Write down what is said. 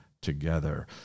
together